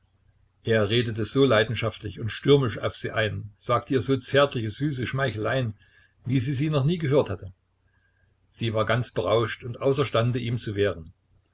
er redete so leidenschaftlich und stürmisch auf sie ein sagte ihr so zärtliche süße schmeicheleien wie sie sie noch nie gehört hatte sie war ganz berauscht und außerstande ihm zu wehren